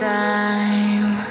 time